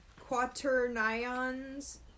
Quaternions